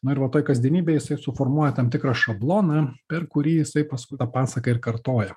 nu ir va toj kasdienybėj jisai suformuoja tam tikrą šabloną per kurį jisai paskui tą pasaką ir kartoja